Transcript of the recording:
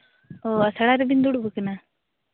ᱚ ᱟᱥᱲᱟ ᱨᱮᱵᱮᱱ ᱫᱩᱲᱩᱵ ᱟᱠᱟᱱᱟ